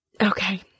Okay